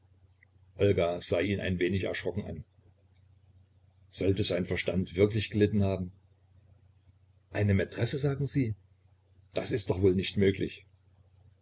sah ihn ein wenig erschrocken an sollte sein verstand wirklich gelitten haben eine maitresse sagen sie das ist doch wohl nicht möglich